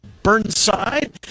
Burnside